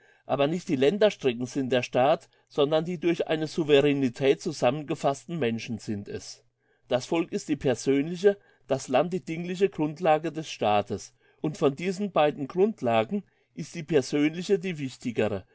aber nicht die länderstrecken sind der staat sondern die durch eine souveränetät zusammengefassten menschen sind es das volk ist die persönliche das land die dingliche grundlage des staates und von diesen beiden grundlagen ist die persönliche die wichtigere